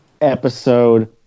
episode